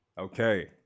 Okay